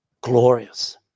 glorious